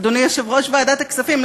אדוני יושב-ראש ועדת הכספים?